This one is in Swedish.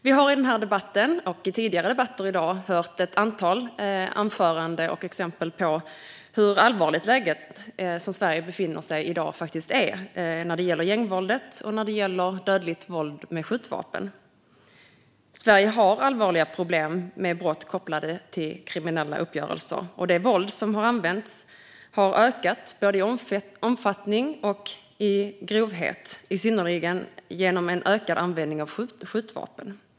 Vi har i den här och tidigare debatter i dag hört ett antal anföranden och exempel på det allvarliga läge Sverige befinner sig i när det gäller gängvåld och dödligt våld med skjutvapen. Sverige har allvarliga problem med brott kopplade till kriminella uppgörelser. Våldet har ökat i både omfattning och grovhet, i synnerhet genom ökad användning av skjutvapen.